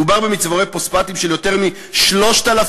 מדובר במצבורי פוספטים של יותר מ-3,000